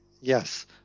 Yes